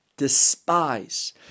despise